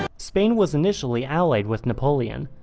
spain was initially allied with napoleon,